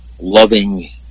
loving